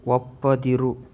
ಒಪ್ಪದಿರು